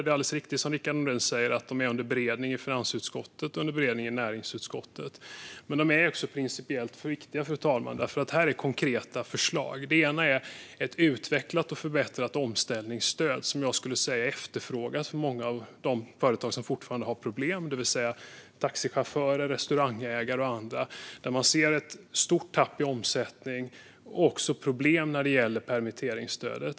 Det är alldeles riktigt som Rickard Nordin säger: Förslagen är under beredning i finansutskottet och näringsutskottet. De är principiellt viktiga, fru talman. Det är konkreta förslag. Det ena är ett förslag om ett utvecklat och förbättrat omställningsstöd, som jag skulle säga efterfrågas av många av de företag som fortfarande har problem, det vill säga taxichaufförer, restaurangägare och andra. Man ser ett stort tapp i omsättning samt problem när det gäller permitteringsstödet.